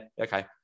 okay